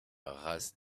race